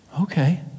okay